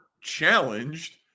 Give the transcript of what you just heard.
challenged